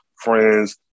friends